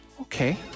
Okay